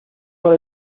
por